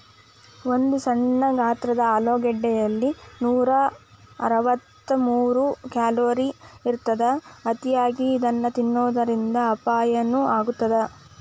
ಒಂದು ಸಣ್ಣ ಗಾತ್ರದ ಆಲೂಗಡ್ಡೆಯಲ್ಲಿ ನೂರಅರವತ್ತಮೂರು ಕ್ಯಾಲೋರಿ ಇರತ್ತದ, ಅತಿಯಾಗಿ ಇದನ್ನ ತಿನ್ನೋದರಿಂದ ಅಪಾಯನು ಆಗತ್ತದ